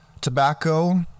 tobacco